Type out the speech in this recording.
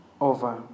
over